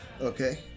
okay